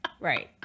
Right